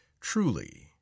truly